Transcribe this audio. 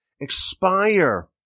expire